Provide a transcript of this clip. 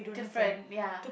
different ya